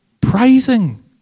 praising